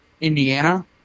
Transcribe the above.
Indiana